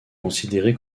considéré